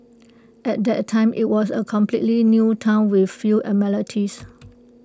at that time IT was A completely new Town with few amenities